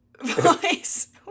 voice